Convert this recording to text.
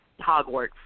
Hogwarts